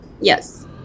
Yes